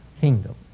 kingdom